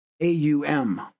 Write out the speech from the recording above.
A-U-M